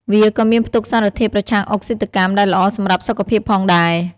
វាក៏មានផ្ទុកសារធាតុប្រឆាំងអុកស៊ីតកម្មដែលល្អសម្រាប់សុខភាពផងដែរ។